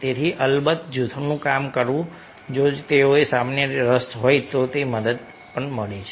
તેથી અલબત્ત જૂથમાં કામ કરવું જો તેઓને સામાન્ય રસ હોય તો મદદ કરે છે